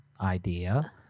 idea